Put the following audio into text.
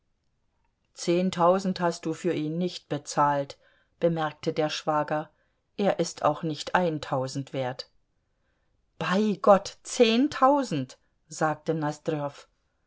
zehntausend hast du für ihn nicht bezahlt bemerkte der schwager er ist auch nicht eintausend wert bei gott zehntausend sagte